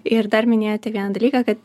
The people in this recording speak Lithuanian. ir dar minėjote vieną dalyką kad